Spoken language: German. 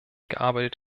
gearbeitet